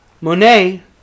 monet